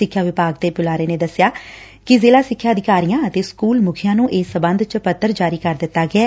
ਸਿੱਖਿਆ ਵਿਭਾਗ ਦੇ ਇੱਕ ਬੁਲਾਰੇ ਅਨੁਸਾਰ ਜ਼ਿਲਾ ਸਿੱਖਿਆ ਅਧਿਕਾਰੀਆਂ ਅਤੇ ਸਕੁਲ ਮੁਖੀਆਂ ਨੂੰ ਇਸ ਸਬੰਧ ਵਿੱਚ ਪੱਤਰ ਜਾਰੀ ਕਰ ਦਿੱਤਾ ਗਿਐ